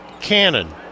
Cannon